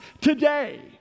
today